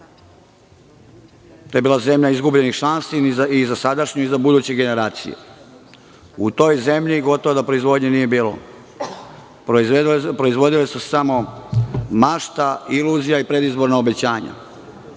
To je bila zemlja izgubljenih šansi i za sadašnje i za buduće generacije. U toj zemlji gotovo da proizvodnje nije bilo. Proizvodile su se samo mašta, iluzija i predizborna obećanja.